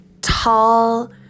tall